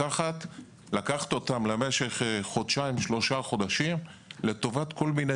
לקחת אותן למשך חודשיים-שלושה לטובת כל מיני